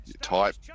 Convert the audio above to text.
Type